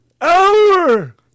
Hour